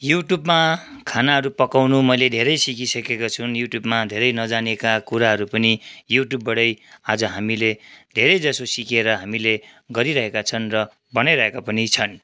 युट्युबमा खानाहरू पकाउनु मैले धेरै सिकिसकेको छु युट्युबमा धेरै नजानेका कुराहरू पनि युट्युबबाटै आज हामीले धैरै जसो सिकेर हामीले गरिरहेका छौँ र बनाइरहेका पनि छौँ